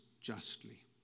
justly